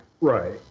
Right